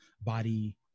body